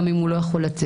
גם אם הוא לא יכול לצאת.